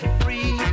free